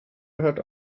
gehört